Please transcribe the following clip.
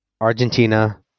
Argentina